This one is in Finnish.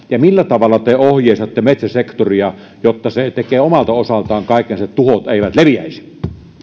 ja millä tavalla te ohjeistatte metsäsektoria jotta se tekee omalta osaltaan kaikkensa että tuhot eivät leviäisi